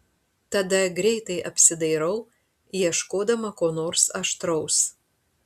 tada greitai apsidairau ieškodama ko nors aštraus